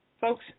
folks